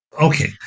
okay